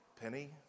Penny